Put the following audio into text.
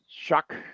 shock